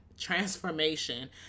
transformation